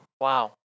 Wow